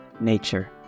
nature